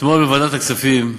אתמול בוועדת הכספים אישרנו,